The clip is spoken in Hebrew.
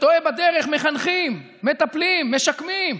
שטועה בדרך, מחנכים, מטפלים, משקמים,